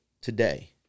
today